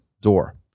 door